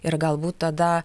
ir galbūt tada